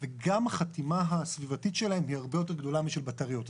וגם החתימה הסביבתית שלהם היא הרבה יותר גדולה משל בטריות.